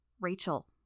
Rachel